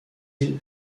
îles